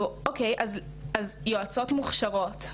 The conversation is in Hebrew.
אז אוקיי, יועצות מוכשרות.